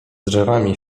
drzewami